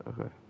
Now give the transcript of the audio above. Okay